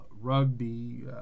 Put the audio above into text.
rugby